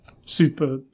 super